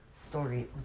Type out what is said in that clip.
story